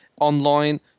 Online